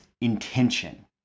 intention